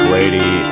Lady